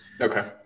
Okay